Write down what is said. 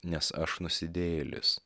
nes aš nusidėjėlis